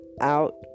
out